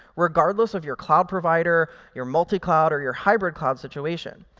regardless of your cloud provider, your multi-cloud, or your hybrid cloud situation.